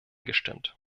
gestimmt